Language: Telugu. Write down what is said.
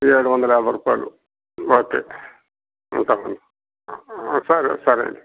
ఏడు వందల యాభై రూపాయలు ఓకే ఉంటాం అండి సరే సరే అండి